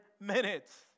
minutes